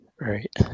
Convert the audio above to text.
Right